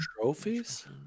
trophies